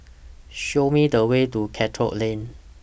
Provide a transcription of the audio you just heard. Show Me The Way to Charlton Lane